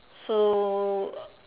so